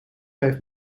heeft